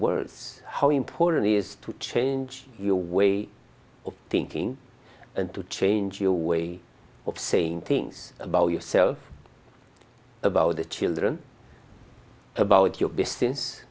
words how important is to change your way of thinking and to change your way of saying things about yourself about the children about your best since